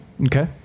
Okay